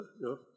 no